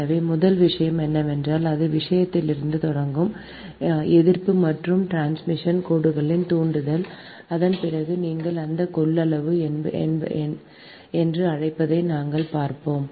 எனவே முதல் விஷயம் என்னவென்றால் இந்த விஷயத்திலிருந்து தொடங்கும் எதிர்ப்பு மற்றும் டிரான்ஸ்மிஷன் கோடுகளின் தூண்டல் அதன் பிறகு நீங்கள் அந்த கொள்ளளவு என்று அழைப்பதை நாங்கள் பார்ப்போம்